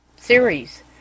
series